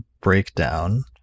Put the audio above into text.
breakdown